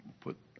put